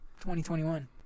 2021